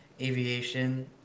Aviation